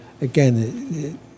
again